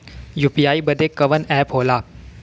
UPI बदे कवन app होला?